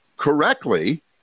correctly